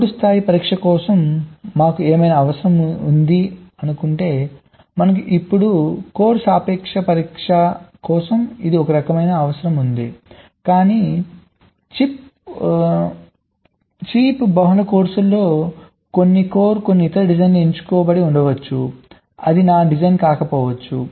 board స్థాయి పరీక్ష కోసం మాకు ఏమైనా అవసరం ఉంది మనకు ఇప్పుడు కోర్ సాపేక్ష పరీక్ష కోసం అదే రకమైన అవసరం ఉంది కానీ చిప్ బహుళ కోర్సులో కొన్ని కోర్ కొన్ని ఇతర డిజైనర్ల నుండి తీసుకోబడి ఉండవచ్చు అది నా డిజైన్ కాకపోవచ్చు